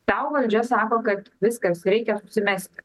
tau valdžia sako kad viskas reikia susimesti